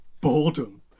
boredom